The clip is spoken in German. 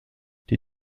die